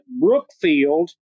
Brookfield